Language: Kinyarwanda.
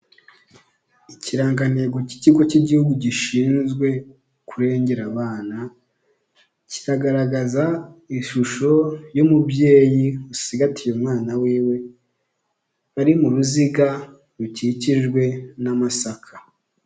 Ikirangantego cy'ikigo cy'igihugu gishinzwe kurengera abana, kiragaragaza ishusho y'umubyeyi usigatiye umwana wiwe bari mu ruziga rukikijwe n'amasaka.